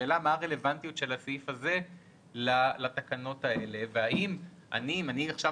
השאלה מה הרלוונטיות של הסעיף הזה לתקנות האלה והאם כשאני רוצה